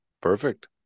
Perfect